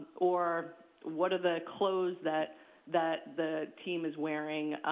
or what are the clothes that that the team is wearing,